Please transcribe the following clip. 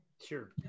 Sure